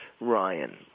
Ryan